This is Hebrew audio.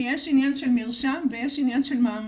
כי יש עניין של מרשם ויש עניין של מעמד.